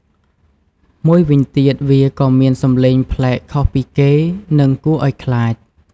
មួយវិញទៀតវាក៏មានសំឡេងប្លែកខុសពីគេ និងគួរឱ្យខ្លាច។